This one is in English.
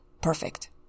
perfect